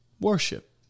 worship